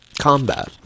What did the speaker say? combat